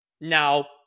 now